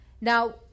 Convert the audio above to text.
Now